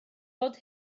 fod